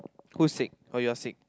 who's sick oh you're sick